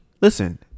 Listen